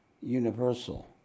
universal